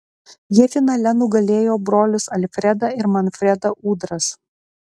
jie finale nugalėjo brolius alfredą ir manfredą udras